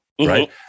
right